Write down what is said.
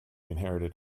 inherited